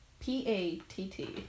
P-A-T-T